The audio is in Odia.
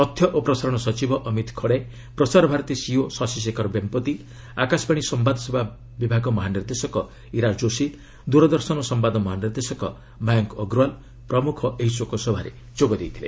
ତଥ୍ୟ ଓ ପ୍ରସାରଣ ସଚିବ ଅମିତ ଖରେ ପ୍ରସାର ଭାରତୀ ସିଇଓ ଶଶିଶେଖର ଭେମ୍ପତି ଆକାଶବାଣୀ ସମ୍ଭାଦସେବା ମହାନିର୍ଦ୍ଦେଶକ ଇରା ଯୋଶୀ ଦୂରଦର୍ଶନ ସମ୍ଘାଦ ମହାନିର୍ଦ୍ଦେଶକ ମାୟଙ୍କ ଅଗ୍ରୱାଲ୍ ପ୍ରମୁଖ ଏହି ଶୋକସଭାରେ ଯୋଗ ଦେଇଥିଲେ